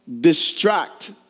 distract